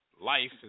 life